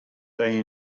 they